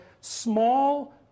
small